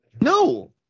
No